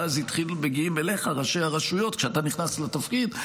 ואז מגיעים אליך ראשי הרשויות כשאתה נכנס לתפקיד,